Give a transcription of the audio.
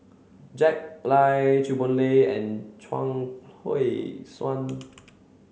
Jack Lai Chew Boon Lay and Chuang Hui Tsuan